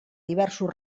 diversos